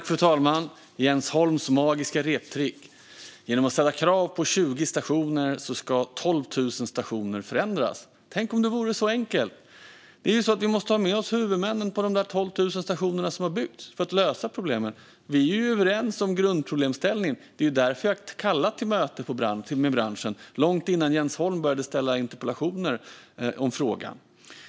Fru talman! Här ser vi Jens Holms magiska reptrick: Genom att ställa krav på 20 stationer ska 12 000 stationer förändras. Tänk om det vore så enkelt! Vi måste ha med oss huvudmännen för de 12 000 stationer som har byggts för att vi ska kunna lösa problemet. Vi är överens om grundproblemställningen. Det är därför jag har kallat till möte med branschen långt innan Jens Holm började skriva interpellationer om frågan.